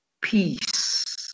peace